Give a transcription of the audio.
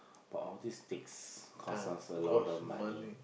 but all these takes costs us a lot of money